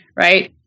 Right